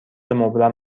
مبرم